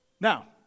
Now